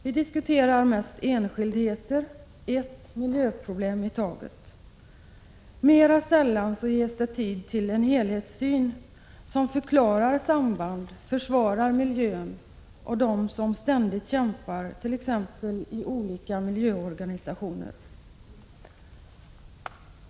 Vi diskuterar mest enskildheter — ett miljöproblem i taget. Mera sällan ges det tid till en helhetssyn som förklarar samband och försvarar miljön och dem som ständigt kämpar, t.ex. i olika miljöorganisationer.